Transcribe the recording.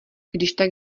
kdyžtak